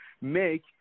make